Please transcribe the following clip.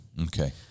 Okay